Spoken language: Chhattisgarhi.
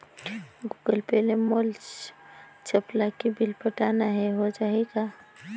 गूगल पे ले मोल चपला के बिल पटाना हे, हो जाही का?